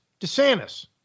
DeSantis